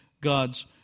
God's